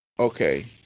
Okay